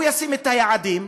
הוא ישים את היעדים,